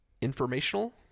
Informational